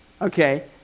okay